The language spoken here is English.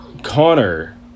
Connor